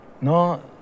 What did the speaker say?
No